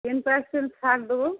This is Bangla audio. টেন পার্সেন্ট ছাড় দেবো